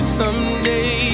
someday